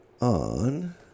on